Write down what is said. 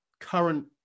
Current